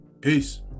Peace